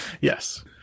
Yes